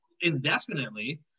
indefinitely